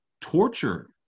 torture